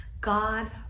God